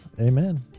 amen